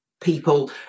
people